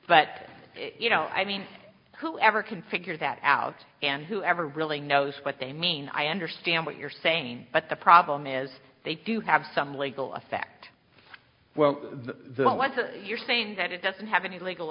but you know i mean whoever can figure that out and who ever really knows what they mean i understand what you're saying but the problem is they do have some legal effect well then what you're saying that it doesn't have any legal